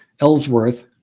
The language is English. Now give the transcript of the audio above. Ellsworth